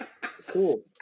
Cool